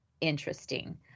interesting